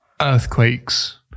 earthquakes